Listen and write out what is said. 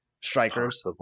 strikers